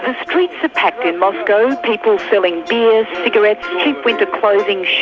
ah streets are packed in moscow, people selling beer, cigarettes, cheap winter clothing, shoes,